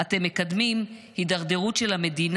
כי ששת ימים עשה ה' את השמים ואת הארץ,